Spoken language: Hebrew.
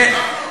מה?